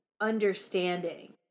understanding